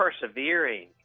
persevering